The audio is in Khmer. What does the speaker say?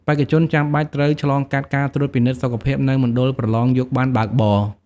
បេក្ខជនចាំបាច់ត្រូវឆ្លងកាត់ការត្រួតពិនិត្យសុខភាពនៅមណ្ឌលប្រឡងយកប័ណ្ណបើកបរ។